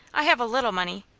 i have a little money,